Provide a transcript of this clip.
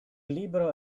libro